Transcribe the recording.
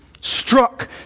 struck